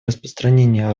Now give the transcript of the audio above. распространения